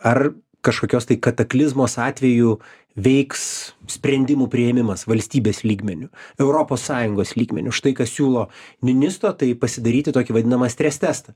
ar kažkokios tai kataklizmos atveju veiks sprendimų priėmimas valstybės lygmeniu europos sąjungos lygmeniu štai ką siūlo ministo tai pasidaryti tokį vadinamą strestestą